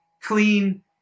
clean